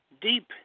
deep